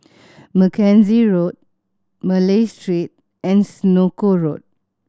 Mackenzie Road Malay Street and Senoko Road